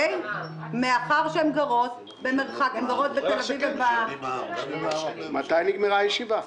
מאחר שהן גרות בתל אביב --- מתי נגמרה הישיבה?